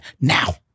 now